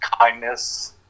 kindness